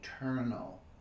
eternal